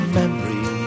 memory